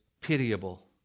pitiable